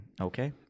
okay